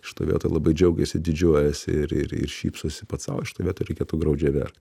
šitoj vietoj labai džiaugiasi didžiuojasi ir ir ir šypsosi pats sau šitoj vietoj reikėtų graudžiai verkt